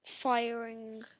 firing